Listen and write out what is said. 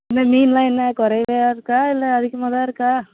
இந்த மீன் எல்லாம் என்ன குறைவியா இருக்கா இல்லை அதிகமாக தான் இருக்கா